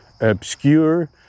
obscure